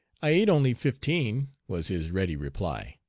i ate only fifteen, was his ready reply.